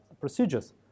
procedures